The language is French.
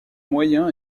moyen